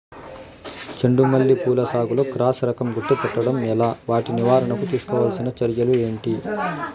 చెండు మల్లి పూల సాగులో క్రాస్ రకం గుర్తుపట్టడం ఎలా? వాటి నివారణకు తీసుకోవాల్సిన చర్యలు ఏంటి?